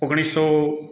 ઓગણીસો